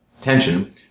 tension